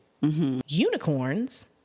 unicorns